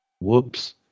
whoops